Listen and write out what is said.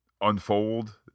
Unfold